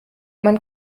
man